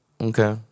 Okay